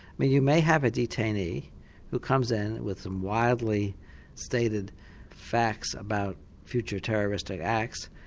mean, you may have a detainee who comes in with some wildly stated facts about future terroristic acts,